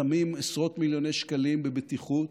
שמים עשרות מיליוני שקלים לבטיחות,